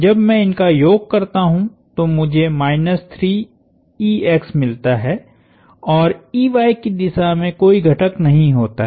जब मैं इनका योग करता हूं तो मुझेमिलता है औरकी दिशा में कोई घटक नहीं होता है